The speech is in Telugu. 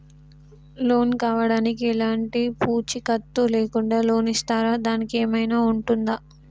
లోన్ కావడానికి ఎలాంటి పూచీకత్తు లేకుండా లోన్ ఇస్తారా దానికి ఏమైనా ఉంటుందా?